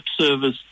service